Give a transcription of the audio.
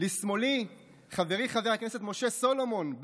לשמאלי חברי חבר הכנסת משה סולומון,